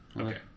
Okay